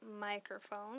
microphone